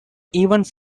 events